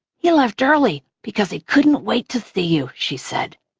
he left early because he couldn't wait to see you, she said.